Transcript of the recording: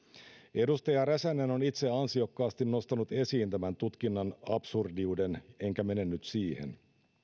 edustaja räsänen on itse ansiokkaasti nostanut esiin tämän tutkinnan absurdiuden enkä mene nyt siihen